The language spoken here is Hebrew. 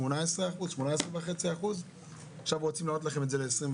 18.5% ועכשיו רוצים להעלות לכם את זה ל-21%.